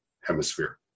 hemisphere